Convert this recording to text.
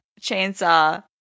chainsaw